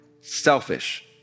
selfish